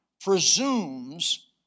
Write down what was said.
presumes